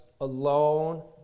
alone